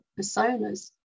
personas